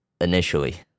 initially